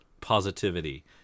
positivity